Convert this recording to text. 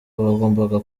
bagombaga